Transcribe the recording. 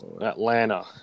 Atlanta